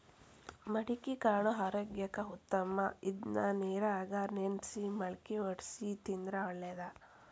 ಮಡಿಕಿಕಾಳು ಆರೋಗ್ಯಕ್ಕ ಉತ್ತಮ ಇದ್ನಾ ನೇರಾಗ ನೆನ್ಸಿ ಮಳ್ಕಿ ವಡ್ಸಿ ತಿಂದ್ರ ಒಳ್ಳೇದ